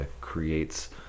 creates